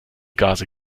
gase